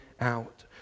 out